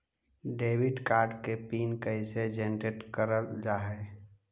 Debit card के PIN कैसे generate करल जाहै?